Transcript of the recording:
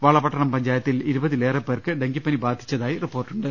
വളപട്ടണം പഞ്ചാ യത്തിൽ ഇരുപതിലേറെ പേർക്ക് ഡങ്കിപ്പനി ബാധിച്ചതായി റിപ്പോർട്ടുണ്ട്